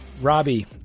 Robbie